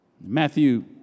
Matthew